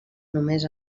només